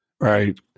Right